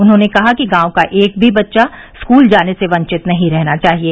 उन्होंने कहा कि गांव का एक भी बच्चा स्कूल जाने से वंचित नहीं रहना चाहिये